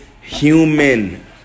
human